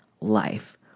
life